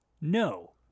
No